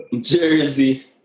Jersey